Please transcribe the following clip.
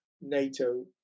NATO